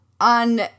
on